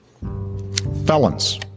Felons